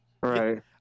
Right